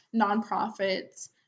nonprofits